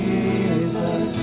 Jesus